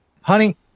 honey